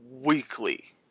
weekly